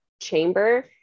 chamber